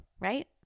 right